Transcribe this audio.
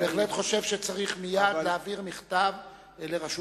אני בהחלט חושב שצריך מייד להעביר מכתב לרשות